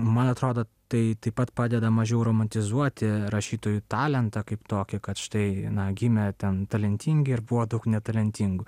man atrodo tai taip pat padeda mažiau romantizuoti rašytojų talentą kaip tokį kad štai na gimę ten talentingi ir buvo daug netalentingų